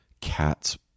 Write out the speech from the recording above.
cat's